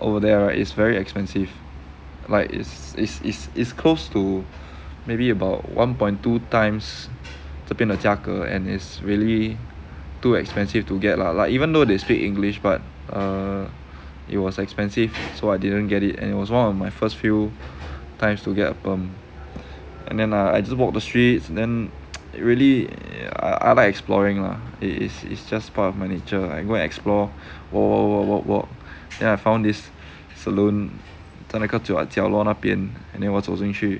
over there right is very expensive like is is is is close to maybe about one point two times 这边的价格 and it's really too expensive to get lah like even though they speak english but err it was expensive so I didn't get it and it was one of my first few times to get a perm and then uh I just walk the streets then really I like exploring lah is is just part of my nature I go explore walk walk walk walk walk then I found this salon 在那个角落那边 and then 我走进去